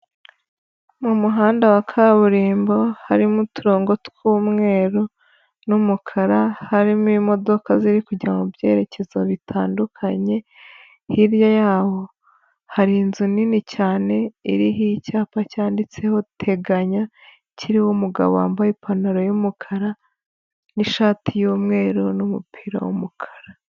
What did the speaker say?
Mu muhanda wa kaburimbo harimo uturongo tw'umweru n'umukara, harimo imodoka ziri kujya mu byerekezo bitandukanye, hirya y'aho hari inzu nini cyane iriho icyapa cyanditseho teganya, kiriho umugabo wambaye ipantaro y'umukara n'ishati y'umweru n'umupira w'umukara.